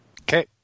Okay